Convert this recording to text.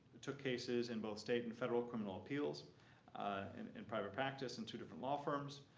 took cases in both state and federal criminal appeals and in private practice in two different law firms.